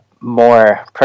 more